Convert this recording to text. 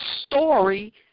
story